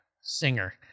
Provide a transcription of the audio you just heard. singer